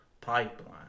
pipeline